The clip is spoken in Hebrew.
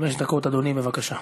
חמש דקות, אדוני, בבקשה.